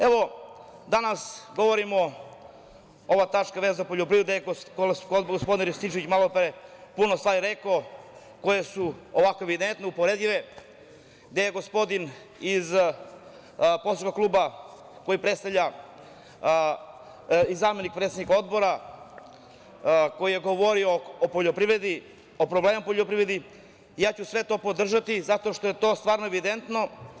Evo danas govorimo, ova tačka vezano za poljoprivredu o kojoj je gospodin Rističević malo pre puno stvari rekao koje su ovako evidentno uporedive, gde je gospodin iz Poslaničkog kluba koji predstavlja i zamenik predsednika Odbora koji je govorio o poljoprivredi, o problemima u poljoprivredi, ja ću sve to podržati zato što je to stvarno evidentno.